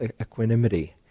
equanimity